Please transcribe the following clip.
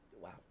Wow